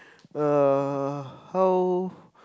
uh how